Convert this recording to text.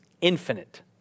infinite